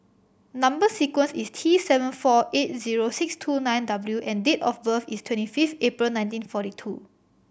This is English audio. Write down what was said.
number sequence is T seven four eight zero six two nine W and date of birth is twenty fifth April nineteen forty two